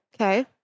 Okay